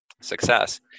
success